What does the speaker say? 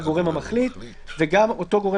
"ולמשרד הבריאות" ----- "יודיע על כך